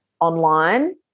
online